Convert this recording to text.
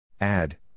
Add